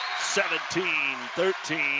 17-13